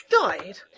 died